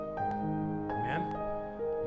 Amen